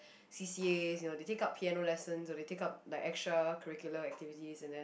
C_C_As you know they take up piano lessons or they take up like extra curricular activities and then